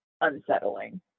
unsettling